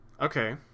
Okay